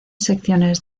secciones